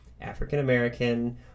African-American